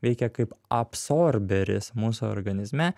veikia kaip absorberis mūsų organizme